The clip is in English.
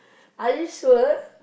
are you sure